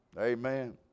amen